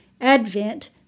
Advent